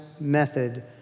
method